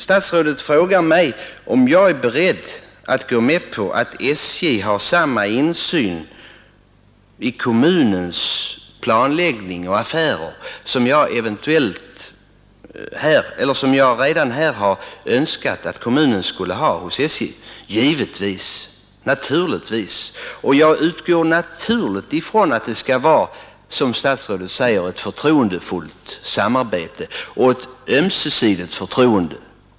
Statsrådet frågar mig om jag är beredd att gå med på att SJ har samma insyn i kommunens planläggning och affärer som jag redan har önskat att kommunen skall ha visavi SJ. Ja, givetvis! Jag utgår naturligtvis från att det skall vara som statsrådet säger ett förtroendefullt samarbete.